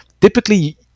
Typically